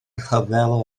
rhyfel